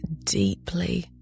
deeply